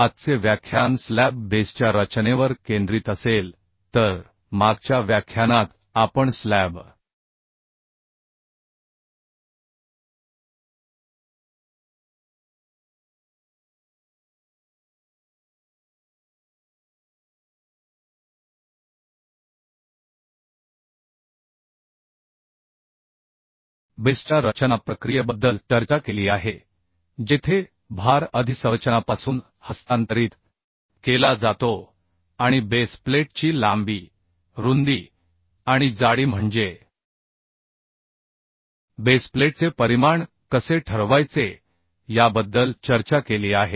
आजचे व्याख्यान स्लॅब बेसच्या रचनेवर केंद्रित असेल तर मागच्या व्याख्यानात आपण स्लॅब बेसच्या रचना प्रक्रियेबद्दल चर्चा केली आहे जेथे भार अधिसंरचनापासून हस्तांतरित केला जातो आणि बेस प्लेटची लांबी रुंदी आणि जाडी म्हणजे बेस प्लेटचे परिमाण कसे ठरवायचे याबद्दल चर्चा केली आहे